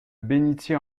bénitier